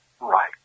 right